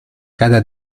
cada